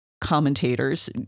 commentators